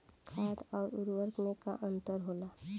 खाद्य आउर उर्वरक में का अंतर होला?